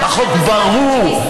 החוק ברור.